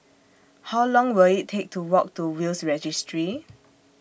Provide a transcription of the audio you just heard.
How Long Will IT Take to Walk to Will's Registry